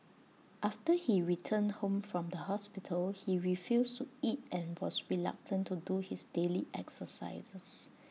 after he returned home from the hospital he refused to eat and was reluctant to do his daily exercises